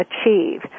achieve